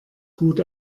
gut